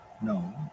No